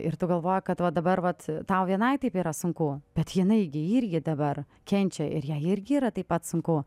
ir tu galvoji kad va dabar vat tau vienai taip yra sunku bet jinai gi ji irgi dabar kenčia ir jai irgi yra taip pat sunku